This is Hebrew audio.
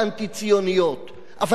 אבל אתם על-פי הגדרתכם,